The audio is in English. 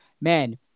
man